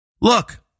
Look